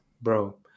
bro